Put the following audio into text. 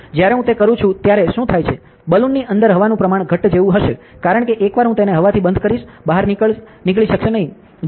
જ્યારે હું તે કરું છું ત્યારે શું થાય છે બલૂન ની અંદર હવાનું પ્રમાણ ઘટ્ટ જેવું હશે કારણ કે એકવાર હું તેને હવાથી બંધ કરીશ બહાર નીકળી શકશે નહીં બરાબર